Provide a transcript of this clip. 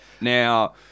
Now